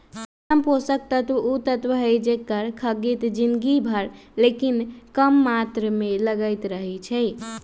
सूक्ष्म पोषक तत्व उ तत्व हइ जेकर खग्गित जिनगी भर लेकिन कम मात्र में लगइत रहै छइ